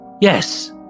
Yes